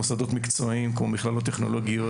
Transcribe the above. מוסדות מקצועיים כמו מכללות טכנולוגיות